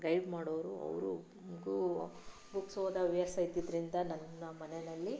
guide ಮಾಡೋರು ಅವರಿಗೂ books ಓದೋ ಹವ್ಯಾಸ ಇದ್ದಿದ್ರಿಂದ ನನ್ನ ಮನೆಯಲ್ಲಿ